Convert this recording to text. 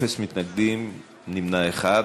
אפס מתנגדים ונמנע אחד.